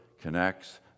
connects